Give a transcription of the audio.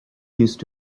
used